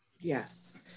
Yes